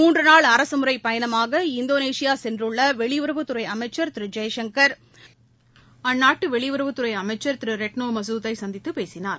மூன்றுநாள் அரசுமுறைபயணமாக இந்தோனேஷியாசென்றுள்ளவெளியுறவுத்துறைஅமைச்சர் திருஜெய்சங்கர் அந்நாட்டுவெளியுறவுத்துறைஅமைச்சர் திருரெட்னோமர்சூத்தைசந்தித்துபேசினார்